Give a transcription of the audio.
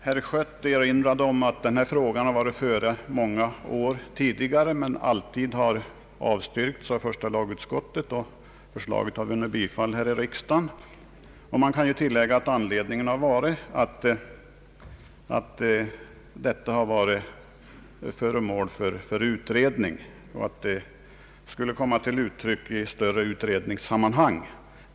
Herr Schött erinrade om att den här frågan varit före många gånger tidigare och att motionerna alltid har avstyrkts av första lagutskottet vars utlåtanden vunnit riksdagens bifall. Det kan tillläggas att anledningen har varit att frå gan varit föremål för utredning och därför bort komma upp i ett större sammanhang.